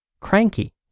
cranky